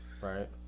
Right